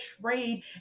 trade